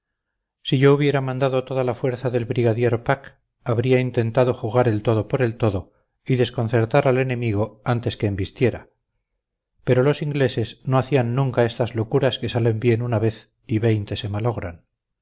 si yo hubiera mandado toda la fuerza del brigadier pack habría intentado jugar el todo por el todo y desconcertar al enemigo antes que embistiera pero los ingleses no hacían nunca estas locuras que salen bien una vez y veinte se malogran